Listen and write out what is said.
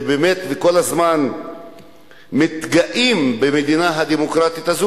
ובאמת, כל הזמן מתגאים במדינה הדמוקרטית הזאת.